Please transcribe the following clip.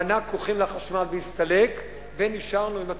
בנה כוכים לחשמל והסתלק ונשארנו עם התוכנית.